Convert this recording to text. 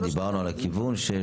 דיברנו על הכיוון.